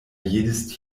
jedes